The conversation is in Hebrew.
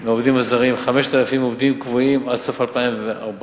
של עובדים זרים, 5,000 עובדים קבועים עד סוף 2014,